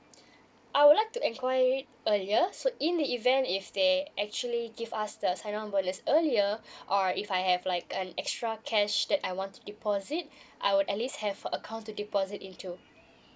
I would like to enquiry earlier so in the event if they actually give us the sign on bonus earlier or if I have like an extra cash that I want to deposit I would at least have account to deposit into